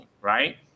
right